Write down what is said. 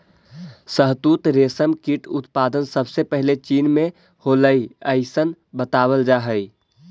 शहतूत रेशम कीट उत्पादन सबसे पहले चीन में होलइ अइसन बतावल जा हई